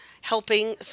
helping